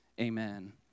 amen